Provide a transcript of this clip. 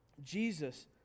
Jesus